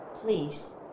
Please